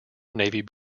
navy